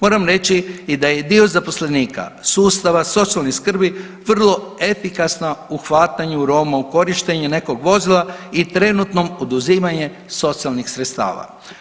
Moram reći i da je dio zaposlenika sustava socijalne skrbi vrlo efikasno u hvatanju Roma u korištenje nekog vozila i trenutnom oduzimanje socijalnih sredstava.